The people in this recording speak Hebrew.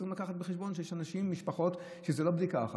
צריך לקחת בחשבון שיש אנשים ומשפחות שלהם זה לא בדיקה אחת,